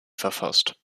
verfasst